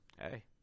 hey